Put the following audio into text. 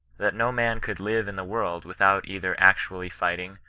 that no man could live in the world without either actually fighting,